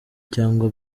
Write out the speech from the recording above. cyangwa